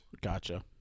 Gotcha